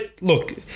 look